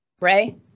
Ray